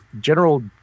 general